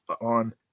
on